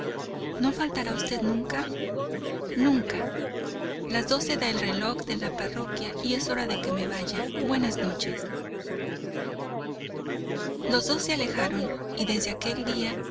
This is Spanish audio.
no faltará usted nunca nunca las doce da el reloj de la parroquia y es hora que me vaya buenas noches los dos se alejaron y desde aquel día